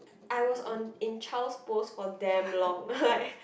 I was on in child's pose for damn long like